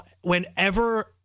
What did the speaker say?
whenever